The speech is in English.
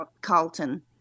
Carlton